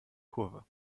kurve